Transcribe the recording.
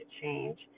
change